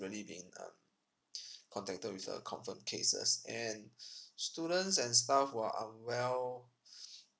really being um contacted with a confirm cases and students and staff who are unwell